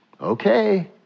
Okay